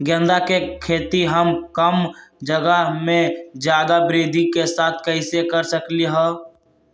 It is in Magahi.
गेंदा के खेती हम कम जगह में ज्यादा वृद्धि के साथ कैसे कर सकली ह?